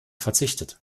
verzichtet